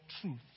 truth